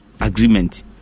agreement